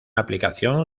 aplicación